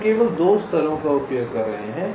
हम केवल 2 स्तरों का उपयोग कर रहे हैं